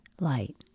light